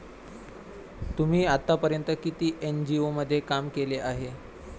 तुम्ही आतापर्यंत किती एन.जी.ओ मध्ये काम केले आहे?